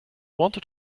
wanted